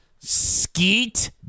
Skeet